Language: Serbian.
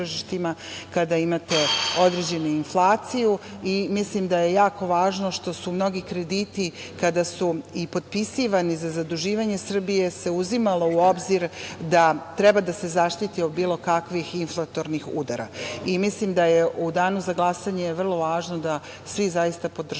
kada imate određenu inflaciju i mislim da je jako važno što su mnogi krediti kada su i potpisivani za zaduživanje Srbije se uzimalo u obzir da treba da se zaštiti od bilo kakvih inflatornih udara i mislim da je u danu za glasanje vrlo važno da svi zaista podržimo